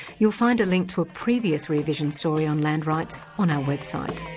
you'll find a link to a previous rear vision story on land rights on our website.